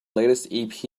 latest